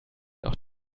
auch